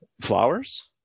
Flowers